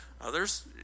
others